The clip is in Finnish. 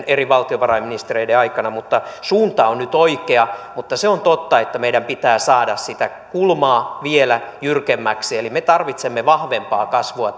eri valtiovarainministereiden aikana mutta suunta on nyt oikea mutta se on totta että meidän pitää saada sitä kulmaa vielä jyrkemmäksi eli me tarvitsemme vahvempaa kasvua